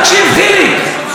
חיליק,